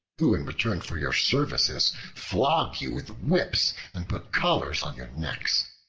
who in return for your services flog you with whips and put collars on your necks.